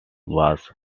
was